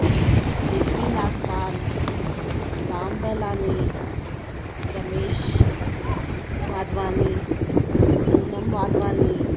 और J P Nagpal Ram Dalani Ramesh Wadhwani Poonam Wadhwani